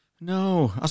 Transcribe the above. No